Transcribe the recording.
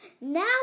Now